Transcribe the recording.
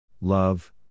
love